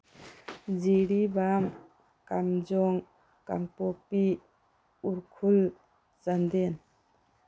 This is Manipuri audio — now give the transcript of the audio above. ꯖꯤꯔꯤꯕꯥꯝ ꯀꯥꯝꯖꯣꯡ ꯀꯥꯡꯄꯣꯛꯄꯤ ꯎꯈ꯭ꯔꯨꯜ ꯆꯥꯟꯗꯦꯜ